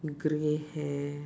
grey hair